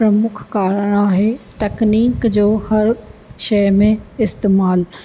प्रमुख कारण आहे तकनीक जो हर शइ में इस्तेमालु